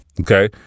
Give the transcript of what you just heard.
Okay